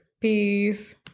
Peace